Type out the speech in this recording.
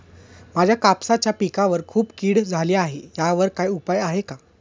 माझ्या कापसाच्या पिकावर खूप कीड झाली आहे यावर काय उपाय आहे का?